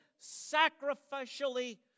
sacrificially